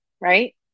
right